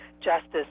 justice